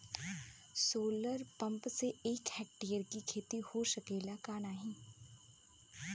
Solar pump से एक hectare क खेती हो सकेला की नाहीं?